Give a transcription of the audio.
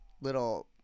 little